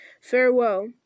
Farewell